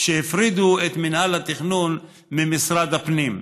שהפרידו את מינהל התכנון ממשרד הפנים.